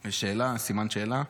שאלה, סימן שאלה.